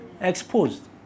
exposed